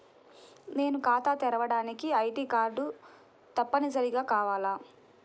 నేను ఖాతా తెరవడానికి ఐ.డీ కార్డు తప్పనిసారిగా కావాలా?